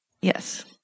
yes